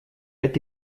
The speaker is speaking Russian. это